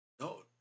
No